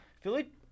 Philly